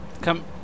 Come